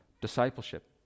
discipleship